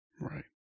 right